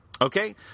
Okay